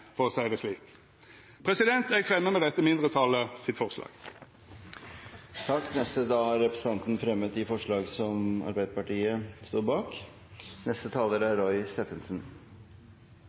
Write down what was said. for å seia det slik. Eg fremjar med dette mindretalet sitt forslag nr. 1. Representanten Magne Rommetveit har fremmet forslag nr. 1, som Arbeiderpartiet og Senterpartiet står bak.